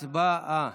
הצבעה.